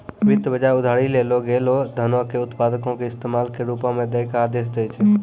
वित्त बजार उधारी लेलो गेलो धनो के उत्पादको के इस्तेमाल के रुपो मे दै के आदेश दै छै